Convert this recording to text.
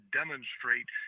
demonstrate